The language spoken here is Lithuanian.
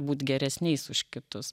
būt geresniais už kitus